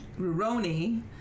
Ruroni